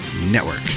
Network